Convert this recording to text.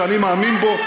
שאני מאמין בו,